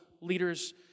leaders